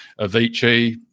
Avicii